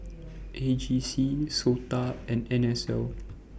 A G C Sota and N S L